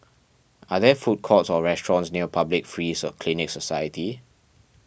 are there food courts or restaurants near Public Free Clinic Society